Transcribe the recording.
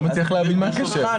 אני לא מצליח להבין מה הקשר.